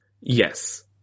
Yes